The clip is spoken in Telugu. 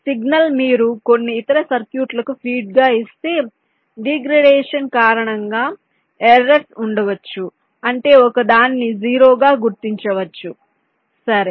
సిగ్నల్ మీరు కొన్ని ఇతర సర్క్యూట్లకు ఫీడ్ గా ఇస్తే డిగ్రేడషన్ కారణంగా ఎర్రర్స్ ఉండవచ్చు అంటే ఒకదాన్ని 0 గా గుర్తించవచ్చు సరే